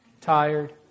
Tired